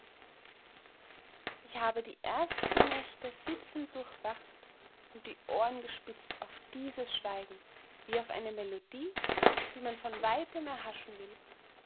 ich habe die ersten nächte sitzend durchwacht und die ohren gespitzt auf dieses schweigen wie auf eine melodie die man von weitem erhaschen will